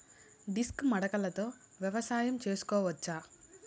Disc మడకలతో వ్యవసాయం చేసుకోవచ్చా??